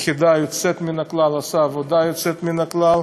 יחידה יוצאת מן הכלל, עושה עבודה יוצאת מן הכלל,